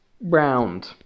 round